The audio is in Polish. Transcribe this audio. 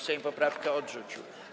Sejm poprawkę odrzucił.